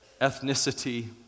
ethnicity